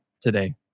today